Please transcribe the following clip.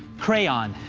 crayon